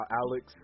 alex